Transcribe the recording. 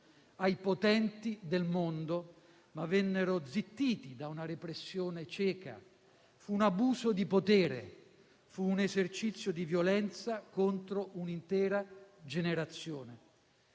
ai potenti del mondo, ma vennero zittiti da una repressione cieca. Fu un abuso di potere, un esercizio di violenza contro un'intera generazione.